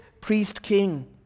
priest-king